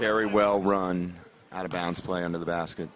very well run out of bounds play into the basket